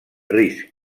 risc